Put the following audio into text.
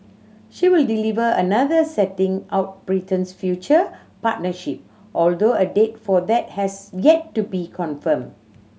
she will deliver another setting out Britain's future partnership although a date for that has yet to be confirmed